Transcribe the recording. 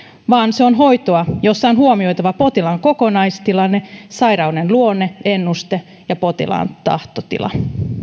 vaan se on hoitoa jossa on huomioitava potilaan kokonaistilanne sairauden luonne ennuste ja potilaan tahtotila